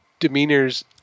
demeanors